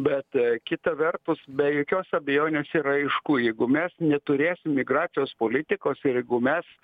bet kita vertus be jokios abejonės yra aišku jeigu mes neturėsim migracijos politikos jeigu mes